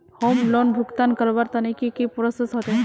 Home loan भुगतान करवार तने की की प्रोसेस होचे?